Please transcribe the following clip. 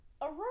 Aurora